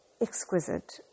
exquisite